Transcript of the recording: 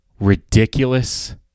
ridiculous